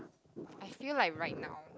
I feel like right now